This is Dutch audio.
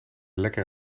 lekker